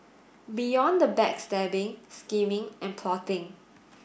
beyond the backstabbing scheming and plotting